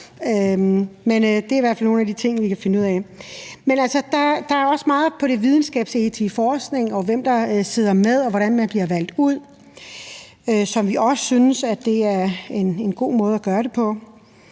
Men det er i hvert fald nogle af de ting, vi kan finde ud af. Der er også meget i forbindelse med det videnskabsetiske i forskningen, hvem der sidder med, og hvordan man bliver valgt ud, som vi også synes er en god måde at gøre det på.